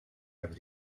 have